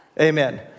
Amen